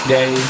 Day